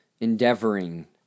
endeavoring